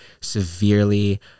severely